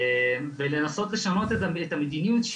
ולנסות לשנות את המדיניות,